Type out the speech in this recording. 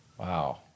Wow